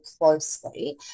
closely